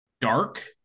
dark